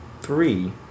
three